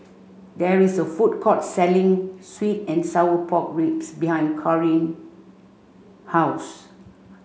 there is a food court selling sweet and sour pork ribs behind Kaaren house